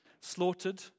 slaughtered